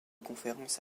conférence